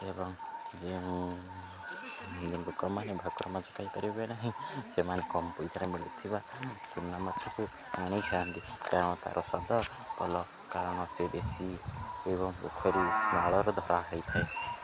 ଏବଂ ଯେଉଁ ଲୋକମାନେ ଭାକୁର ମାଛ ଖାଇପାରିବେ ନାହିଁ ସେମାନେ କମ୍ ପଇସାରେ ମିଳୁଥିବା ଚୁନା ମାଛକୁ ଆଣିଥାନ୍ତି ତାରଣ ତା'ର ସ୍ଵାଦ ଭଲ କାରଣ ସେ ଦେଶୀ ଏବଂ ପୋଖରୀ ନାଳରୁ ଧରା ହୋଇଥାଏ